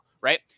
right